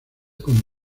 con